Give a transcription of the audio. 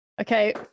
okay